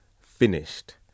finished